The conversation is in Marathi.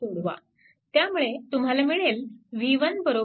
त्यामुळे तुम्हाला मिळेल v1 7